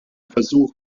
versuch